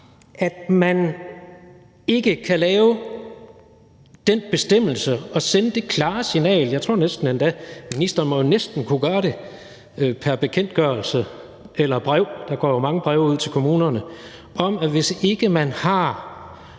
at man ikke kan lave den bestemmelse og sende det klare signal – jeg tror endda, at ministeren næsten må kunne gøre det pr. bekendtgørelse eller brev; der går jo mange breve ud til kommunerne – om, at hvis man ikke har